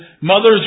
mother's